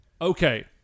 Okay